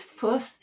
first